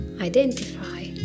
identify